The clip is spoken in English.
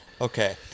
Okay